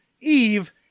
Eve